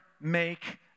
make